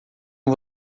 que